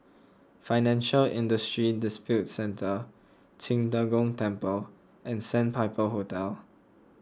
Financial Industry Disputes Centre Qing De Gong Temple and Sandpiper Hotel